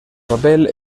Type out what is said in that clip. papel